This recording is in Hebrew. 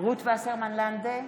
רות וסרמן לנדה,